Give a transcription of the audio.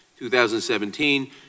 2017